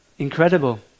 Incredible